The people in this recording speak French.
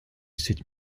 cette